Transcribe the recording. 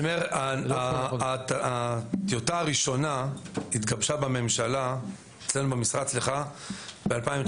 הטיוטה הראשונה התגבשה אצלנו במשרד ב-2019.